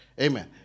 Amen